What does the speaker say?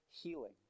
healing